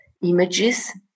images